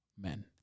men